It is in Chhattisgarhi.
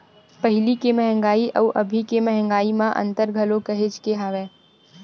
पहिली के मंहगाई अउ अभी के मंहगाई म अंतर घलो काहेच के हवय